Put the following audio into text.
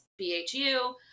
BHU